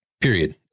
period